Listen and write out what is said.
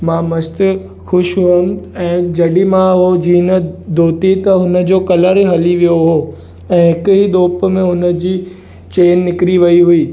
मां मस्तु ख़ुशि होमि ऐं जॾहिं मां हू जीन धोती त हुन जो कलर हली वियो हो ऐं हिक ई धोप में हुन जी चैन निकिरी वई हुई